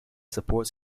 supports